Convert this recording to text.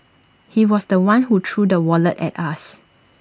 he was The One who threw the wallet at us